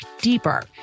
deeper